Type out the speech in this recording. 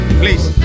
please